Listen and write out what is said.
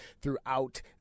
throughout